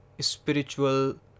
spiritual